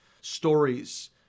stories